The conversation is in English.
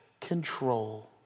control